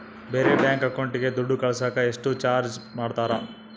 ಬೇರೆ ಬ್ಯಾಂಕ್ ಅಕೌಂಟಿಗೆ ದುಡ್ಡು ಕಳಸಾಕ ಎಷ್ಟು ಚಾರ್ಜ್ ಮಾಡತಾರ?